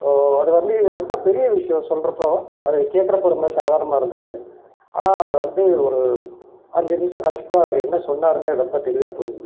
அது வந்து ரொம்ப பெரிய விஷயம் சொல்றப்போ அது கேட்குறப்ப ரொம்ப சாதாரணமாக இருந்துது ஆனால் அதை வந்து ஒரு அஞ்சு நிமிஷம் கழித்துதான் அவர் என்ன சொன்னாருன்னே ரொம்ப தெளிவாக புரிஞ்சுது